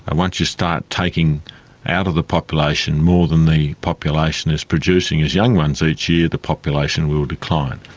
ah once you start taking out of the population more than the population is producing as young ones each year, the population will decline.